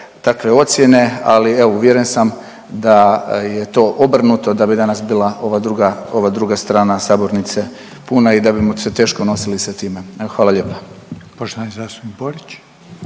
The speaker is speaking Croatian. takve ocjene, ali evo uvjeren sam da je to obrnuto da bi danas bila ova druga strana sabornice puna i da bimo se teško nosili sa time. Hvala lijepa.